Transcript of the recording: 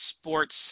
sports